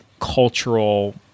cultural